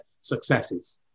successes